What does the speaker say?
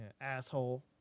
asshole